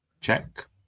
Check